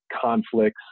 conflicts